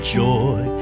joy